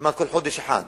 כמעט בכל חודש אחד,